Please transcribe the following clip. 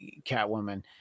Catwoman